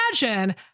imagine